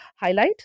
highlight